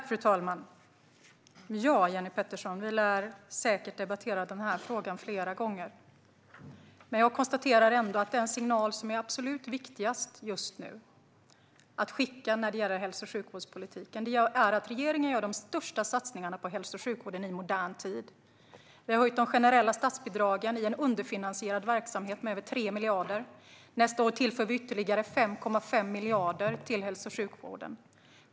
Fru talman! Vi lär debattera denna fråga fler gånger, Jenny Petersson. Jag konstaterar dock att den signal som är absolut viktigast att skicka just nu vad gäller hälso och sjukvårdspolitiken är att regeringen gör de största satsningarna på hälso och sjukvården i modern tid. Vi har höjt de generella statsbidragen i en underfinansierad verksamhet med över 3 miljarder. Nästa år tillför vi ytterligare 5,5 miljarder till hälso och sjukvården.